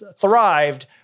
thrived